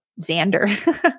Xander